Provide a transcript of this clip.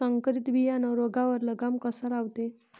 संकरीत बियानं रोगावर लगाम कसा लावते?